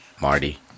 marty